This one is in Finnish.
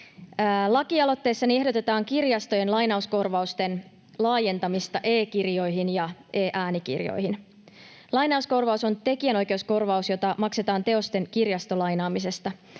Lakialoitteessani ehdotetaan kirjastojen lainauskorvausten laajentamista e-kirjoihin ja e-äänikirjoihin. Lainauskorvaus on tekijänoikeuskorvaus, jota maksetaan teosten kirjastolainaamisesta.